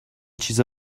چیز